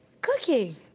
cooking